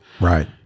Right